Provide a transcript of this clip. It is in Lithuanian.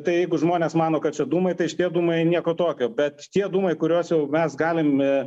tai jeigu žmonės mano kad čia dūmai tai šitie dūmai nieko tokio bet tie dūmai kuriuos jau mes galime